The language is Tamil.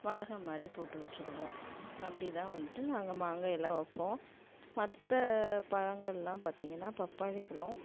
வடகம் மாதிரி போட்டு வச்சுருவோம் அப்படிதான் வந்துவிட்டு நாங்கள் மாங்காயெல்லாம் வைப்போம் மற்ற பழங்கள்லாம் பார்த்தீங்கன்னா பப்பாளி பழம்